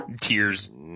Tears